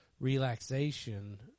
relaxation